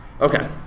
Okay